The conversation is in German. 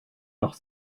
noch